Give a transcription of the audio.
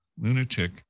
lunatic